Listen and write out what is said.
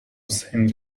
saint